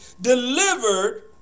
delivered